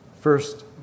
first